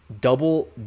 double